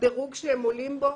הדירוג שהם עולים בו,